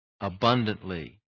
abundantly